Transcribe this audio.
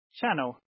channel